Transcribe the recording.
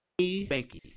Banky